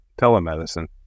telemedicine